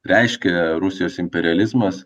reiškia rusijos imperializmas